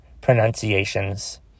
pronunciations